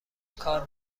کار